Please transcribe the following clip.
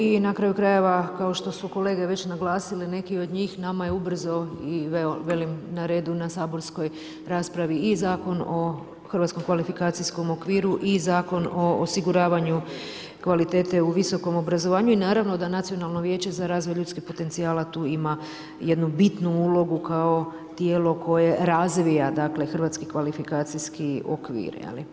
I na kraju krajeva kao što su kolege već naglasile, neki od njih, nama je ubrzo velim, na redu na saborskoj raspravi i Zakon o Hrvatskom kvalifikacijskom okviru i Zakon o osiguravanju kvalitete u visokom obrazovanju i naravno da Nacionalno vijeće za razvoj ljudskih potencijala tu ima jednu bitnu ulogu kao tijelo koje razvija Hrvatski kvalifikacijski okvir.